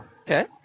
Okay